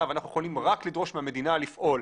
ואנחנו יכולים רק לדרוש מהמדינה לפעול.